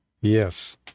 Yes